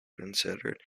considered